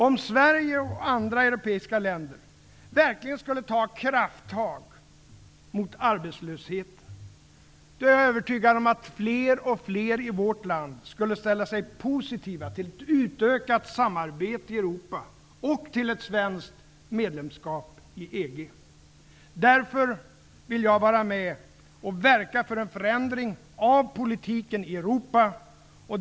Om Sverige och andra europeiska länder verkligen skulle ta krafttag mot arbetslösheten, då är jag övertygad om att fler och fler i vårt land skulle ställa sig positiva till ett utökat samarbete i Europa och till ett svenskt medlemskap i EG. Därför vill jag vara med och verka för en förändring av politiken i Europa.